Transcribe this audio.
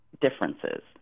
differences